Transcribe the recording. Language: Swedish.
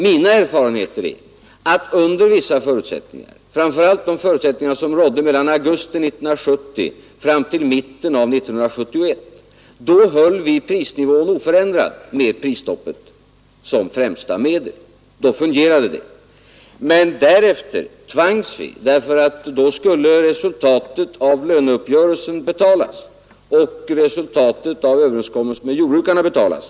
Mina erfarenheter är att under vissa förutsättningar, framför allt de förutsättningar som rådde mellan augusti 1970 fram till mitten av 1971, kunde vi hålla prisnivån oförändrad med prisstoppet som främsta medel. Då fungerade det. Men därefter då skulle resultatet av löneuppgörelsen betalas och resultatet av överenskommelsen med jordbrukarna betalas.